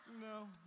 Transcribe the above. no